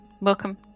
Welcome